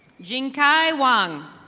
jin kai wang.